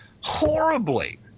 horribly